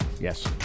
Yes